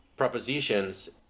propositions